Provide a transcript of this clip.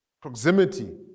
Proximity